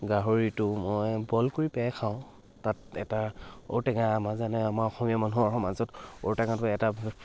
গাহৰিটো মই বইল কৰি পেলাই খাওঁ তাত এটা ঔটেঙা আমাৰ যেনে আমাৰ অসমীয়া মানুহৰ মাজত ঔটেঙাটো এটা